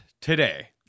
today